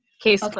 Case